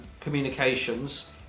communications